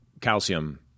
calcium